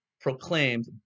proclaimed